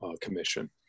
Commission